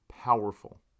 powerful